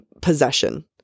possession